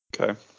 Okay